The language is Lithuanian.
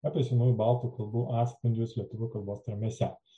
apie senųjų baltų kalbų atspindžius lietuvių kalbos tarmėse